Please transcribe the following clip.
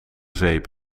zeep